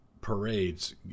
parades